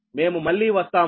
మేము మళ్ళీ వస్తాము